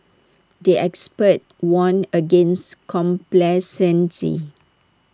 the experts warned against complacency